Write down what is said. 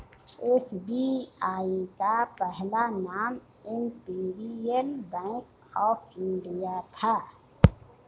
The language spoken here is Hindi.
एस.बी.आई का पहला नाम इम्पीरीअल बैंक ऑफ इंडिया था